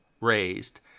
raised